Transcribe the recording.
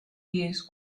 pies